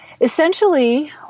essentially